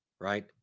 Right